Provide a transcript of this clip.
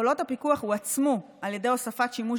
יכולות הפיקוח הועצמו על ידי הוספת שימוש